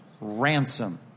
Ransom